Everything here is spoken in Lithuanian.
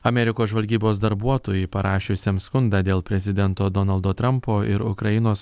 amerikos žvalgybos darbuotojui parašiusiam skundą dėl prezidento donaldo trampo ir ukrainos